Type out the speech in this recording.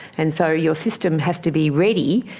and so your system has to be ready,